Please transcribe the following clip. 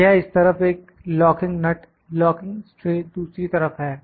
यह इस तरफ एक लॉकिंग नट है लॉकिंग स्ट्रे दूसरी तरफ है